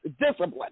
discipline